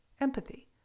empathy